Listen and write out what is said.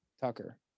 Tucker